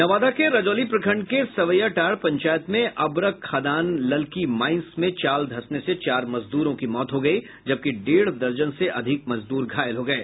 नवादा के रजौली प्रखण्ड के सवैयाटांड़ पंचायत में अबरख खदान ललकी माइंस में चाल धंसने से चार मजदूरों की मौत हो गयी जबकि डेढ़ दर्जन से अधिक मजदूर घायल हो गये